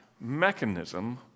mechanism